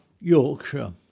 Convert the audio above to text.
Yorkshire